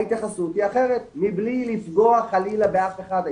ההתייחסות היא אחרת, מבלי לפגוע חלילה באף אחד.